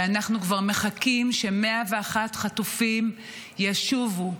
ואנחנו מחכים ש-101 חטופים ישובו.